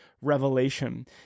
revelation